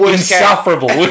insufferable